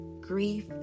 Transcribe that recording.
grief